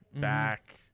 back